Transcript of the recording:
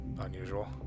unusual